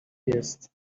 jest